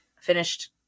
finished